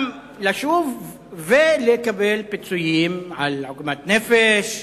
גם לשוב וגם לקבל פיצויים על עוגמת נפש,